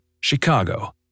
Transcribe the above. Chicago